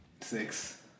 Six